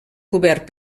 cobert